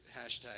hashtag